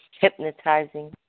hypnotizing